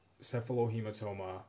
cephalohematoma